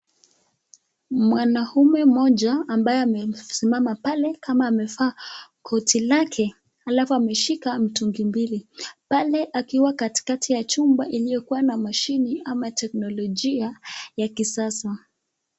Mwanaume mmoja ambaye amesimama pale kama amevaa koti lake alafu ameshika mitungu mbili pale akiwa katikati ya chumba iliyokuwa na mashine ama teknolojia ya kisasa.